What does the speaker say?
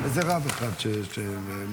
של איזה רב אחד, מקירוב.